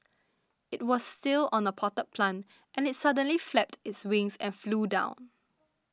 it was still on a potted plant and suddenly it flapped its wings and flew down